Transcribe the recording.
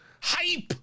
Hype